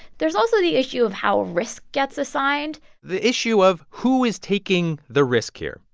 there's also the issue of how risk gets assigned the issue of who is taking the risk here,